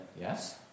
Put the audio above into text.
Yes